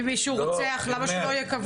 אם מישהו רוצח, למה שלא יהיה כבול?